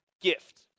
gift